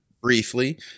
briefly